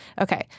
Okay